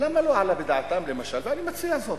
למה לא עלה בדעתם, למשל, ואני מציע זאת,